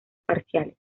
parciales